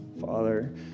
father